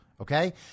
Okay